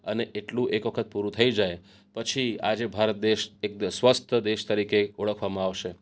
અને એટલું એક વખત પૂરું થઈ જાય પછી આ જે ભારત દેશ એકદમ સ્વસ્થ દેશ તરીકે ઓળખવામાં આવશે